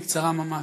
בקצרה ממש.